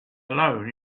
alone